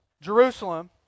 Jerusalem